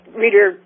reader